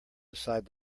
beside